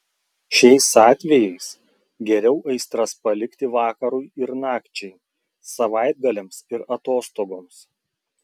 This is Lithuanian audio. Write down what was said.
šiais atvejais geriau aistras palikti vakarui ir nakčiai savaitgaliams ir atostogoms